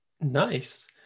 nice